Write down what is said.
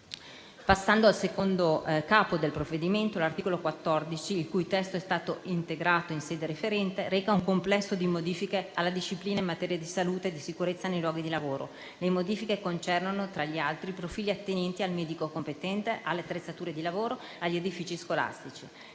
Passando al secondo Capo del provvedimento, l'articolo 14 - il cui testo è stato integrato in sede referente - reca un complesso di modifiche alla disciplina in materia di salute e sicurezza nei luoghi di lavoro. Le modifiche concernono, tra gli altri, profili attinenti al medico competente, alle attrezzature di lavoro, agli edifici scolastici.